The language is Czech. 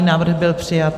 Návrh byl přijat.